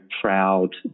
proud